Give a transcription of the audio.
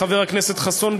חבר הכנסת חסון,